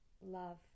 love